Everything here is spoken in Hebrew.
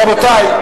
רבותי,